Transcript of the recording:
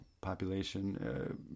population